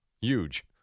Huge